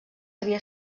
havia